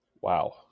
Wow